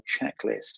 checklist